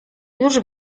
już